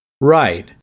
Right